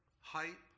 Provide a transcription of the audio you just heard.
hype